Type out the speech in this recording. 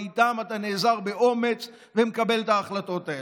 ואיתה אתה נאזר באומץ ומקבל את ההחלטות האלו.